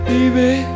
Baby